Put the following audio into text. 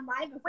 live